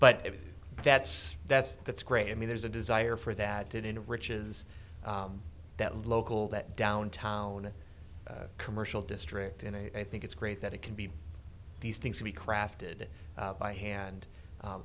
but that's that's that's great i mean there's a desire for that in riches that local that downtown commercial district in a i think it's great that it can be these things to be crafted by hand